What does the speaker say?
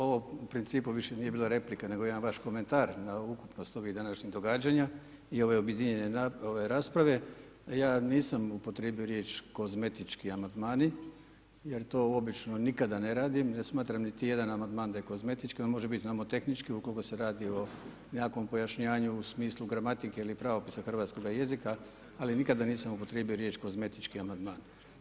Ovo u principu više nije bila replika nego jedan vaš komentar na ukupnost ovih današnjih događanja i ove objedinjene ovaj rasprave ja nisam upotrijebio riječ kozmetički amandmani, jer to obično nikada ne radim, ne smatram niti jedan amandman da je kozmetički, on može biti nomotehnički ukolko se radi o nekakvom pojašnjavanju u smislu gramatike ili pravopisa hrvatskoga jezika, ali nikada nisam upotrijebio riječ kozmetički amandman.